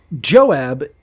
joab